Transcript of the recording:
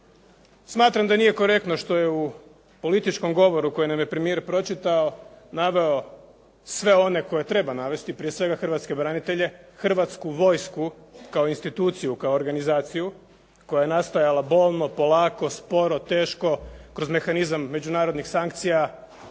Smatram da nije korektno što je u političkom govoru koji nam je premijer pročitao naveo sve one koje treba navesti, prije svega hrvatske branitelje, Hrvatsku vojsku kao instituciju, kao organizaciju koja je nastajala bolno, polako, sporo, teško, kroz mehanizam međunarodnih sankcija